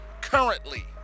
currently